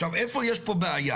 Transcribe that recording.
עכשיו איפה יש פה בעיה?